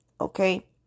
okay